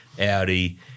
Audi